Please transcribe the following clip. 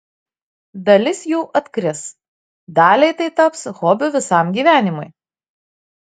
dalis jų atkris daliai tai taps hobiu visam gyvenimui